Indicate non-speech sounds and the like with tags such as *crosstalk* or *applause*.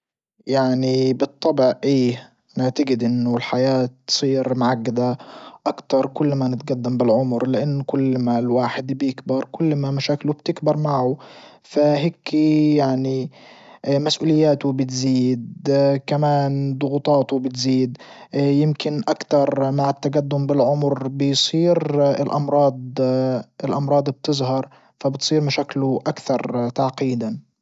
يعني بالطبع ايه نعتجد انه الحياة تصير معجدة اكتر كل ما نتجدم بالعمر لان كل ما الواحد بيكبر كل ما مشاكله بتكبر معه فهيكي يعني مسؤولياته بتزيد *hesitation* كمان ضغوطاته بتزيد يمكن مع التجدم بالعمر بيصير الامراض آ *hesitation* الامراض بتظهر فبتصير مشاكله اكثر تعقيدا.